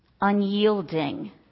unyielding